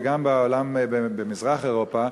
וגם במזרח-אירופה,